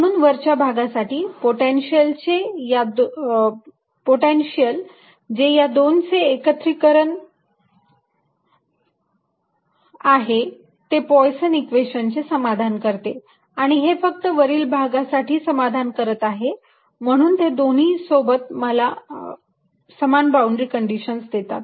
म्हणून वरच्या भागासाठी पोटेन्शियल जे या दोनचे एकत्रीकरण आहे ते पोयसन इक्वेशन Poisson's equation चे समाधान करते आणि हे फक्त वरील भागासाठी समाधान करत आहे म्हणून ते दोन्ही सोबत मला समान बाउंड्री कंडीशन देतात